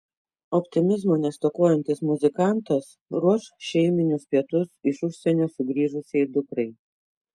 optimizmo nestokojantis muzikantas ruoš šeiminius pietus iš užsienio sugrįžusiai dukrai